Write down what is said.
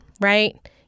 Right